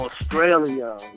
Australia